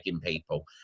people